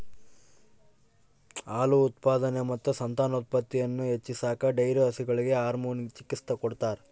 ಹಾಲು ಉತ್ಪಾದನೆ ಮತ್ತು ಸಂತಾನೋತ್ಪತ್ತಿಯನ್ನು ಹೆಚ್ಚಿಸಾಕ ಡೈರಿ ಹಸುಗಳಿಗೆ ಹಾರ್ಮೋನ್ ಚಿಕಿತ್ಸ ಕೊಡ್ತಾರ